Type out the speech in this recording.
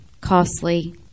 costly